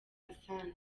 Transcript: hassan